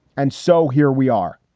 and so here we are.